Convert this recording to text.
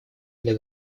для